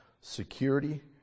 security